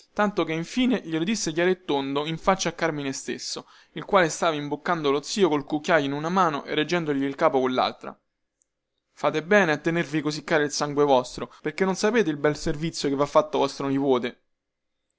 tanto che infine glielo disse chiaro e tondo in faccia a carmine stesso il quale stava imboccando lo zio col cucchiaio in una mano e reggendogli il capo collaltra fate bene a tenervi così caro il sangue vostro perchè non sapete il bel servizio che vha reso vostro nipote